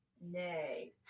Nay